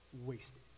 Wasted